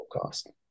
cost